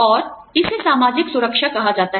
और इसे सामाजिक सुरक्षा कहा जाता है